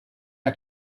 der